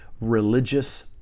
religious